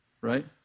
Right